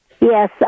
Yes